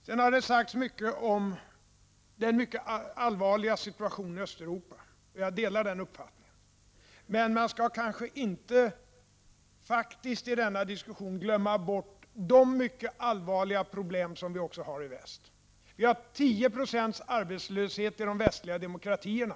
Det har sagts mycket om den allvarliga situationen i Östeuropa. Jag delar den uppfattningen. I denna diskussion skall man dock inte glömma bort de mycket allvarliga problem som även finns i väst. Vi har 10 20 arbetslöshet i de västliga demokratierna.